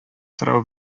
сорау